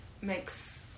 makes